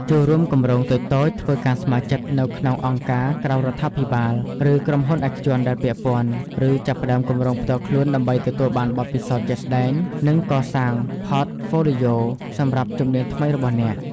ចូលរួមគម្រោងតូចៗ ធ្វើការស្ម័គ្រចិត្តនៅក្នុងអង្គការក្រៅរដ្ឋាភិបាល ឬក្រុមហ៊ុនឯកជនដែលពាក់ព័ន្ធ ឬចាប់ផ្តើមគម្រោងផ្ទាល់ខ្លួនដើម្បីទទួលបានបទពិសោធន៍ជាក់ស្តែង និងកសាង Portfolio សម្រាប់ជំនាញថ្មីរបស់អ្នក។